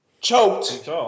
Choked